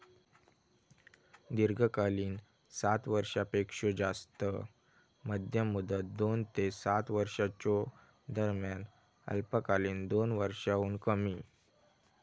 दीर्घकालीन सात वर्षांपेक्षो जास्त, मध्यम मुदत दोन ते सात वर्षांच्यो दरम्यान, अल्पकालीन दोन वर्षांहुन कमी